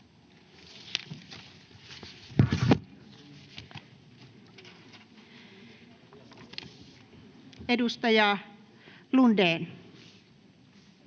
Edustaja Lundén.